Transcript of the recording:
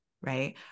right